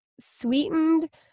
sweetened